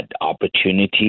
opportunity